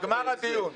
נגמר הדיון.